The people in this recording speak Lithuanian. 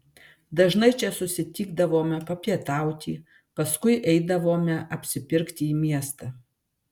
dažnai čia susitikdavome papietauti paskui eidavome apsipirkti į miestą